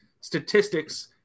statistics